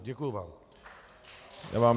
Děkuji vám.